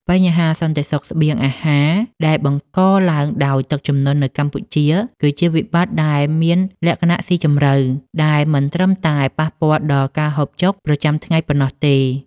បញ្ហាសន្តិសុខស្បៀងអាហារដែលបង្កឡើងដោយទឹកជំនន់នៅកម្ពុជា គឺជាវិបត្តិដែលមានលក្ខណៈស៊ីជម្រៅ ដែលមិនត្រឹមតែប៉ះពាល់ដល់ការហូបចុកប្រចាំថ្ងៃប៉ុណ្ណោះទេ។